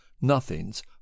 Nothing's